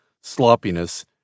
sloppiness